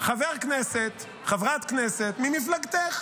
חבר כנסת, חברת כנסת ממפלגתך,